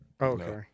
Okay